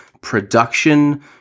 production